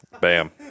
Bam